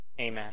Amen